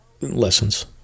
lessons